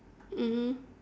mmhmm